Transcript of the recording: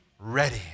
ready